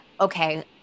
okay